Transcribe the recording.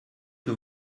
que